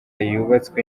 yubatswe